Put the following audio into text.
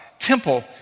temple